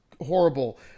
horrible